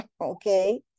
Okay